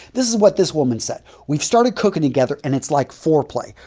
this is what this woman said, we've started cooking together and it's like foreplay.